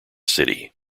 city